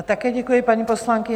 Také děkuji, paní poslankyně.